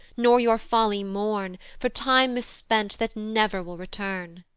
nor your folly mourn for time mispent, that never will return.